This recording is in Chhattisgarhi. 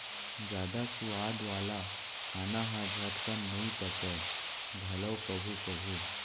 जादा सुवाद वाला खाना ह झटकन नइ पचय घलौ कभू कभू